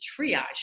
triage